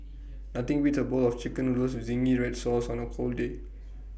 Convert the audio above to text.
nothing beats A bowl of Chicken Noodles with Zingy Red Sauce on A cold day